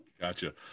Gotcha